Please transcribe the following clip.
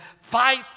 Fight